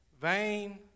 vain